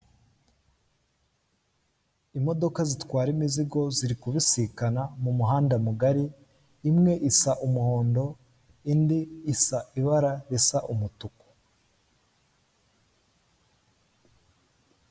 Amacupa maremare azwi nka nili ari hamwe ari iruhande rw'igipfunyika kirimo igipapuro cya kake, biteretse ahantu hameze nk'akabati.